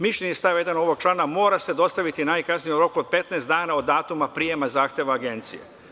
Mišljenje iz stava 1. ovog člana mora se dostaviti najkasnije u roku od 15 dana od datuma prijema zahteva agencije“